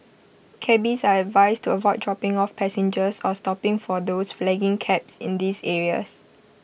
cabbies are advised to avoid dropping off passengers or stopping for those flagging cabs in these areas